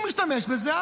הוא משתמש בזה,